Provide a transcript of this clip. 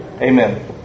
Amen